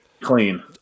clean